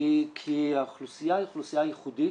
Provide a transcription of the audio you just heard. היא כי האוכלוסייה היא אוכלוסייה ייחודית